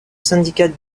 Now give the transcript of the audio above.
syndicat